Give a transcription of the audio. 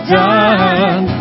done